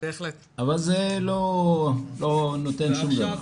אבל זה לא נותן שום דבר.